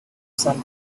some